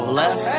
left